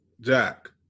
Jack